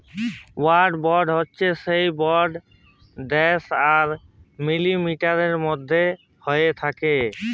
war bond হচ্যে সে bond দ্যাশ আর মিলিটারির মধ্যে হ্য়েয় থাক্যে